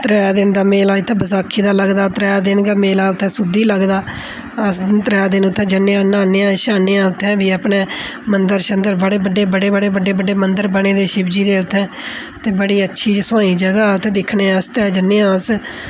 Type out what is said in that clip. त्रै दिन दा मेला इत्थै बसाखी दा लगदा त्रै दिन गै मेला उत्थै सुद्धी लगदा अस त्रै दिन उत्थै जन्ने आं न्हाने श्हाने आं उत्थै बी अपनै मंदर शंदर बड़े बड्डे बड़े बड़े बड्डे बड्डे मंदर बने दे शिवजी दे उत्थै उत्थै बड़ी अच्छी सुहानी जगह् उत्थै दिक्खने आस्तै जन्ने आं अस